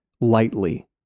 lightly